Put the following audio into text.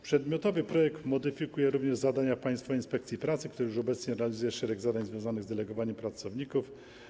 Przedmiotowy projekt modyfikuje również zadania Państwowej Inspekcji Pracy, która już obecnie realizuje szereg zadań związanych z delegowaniem pracowników.